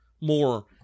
more